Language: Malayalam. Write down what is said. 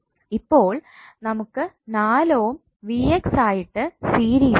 ഇപ്പോൾ നമുക്ക് 4 ഓം ആയിട്ട് സീരിസിൽ ഉണ്ട്